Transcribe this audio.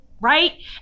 right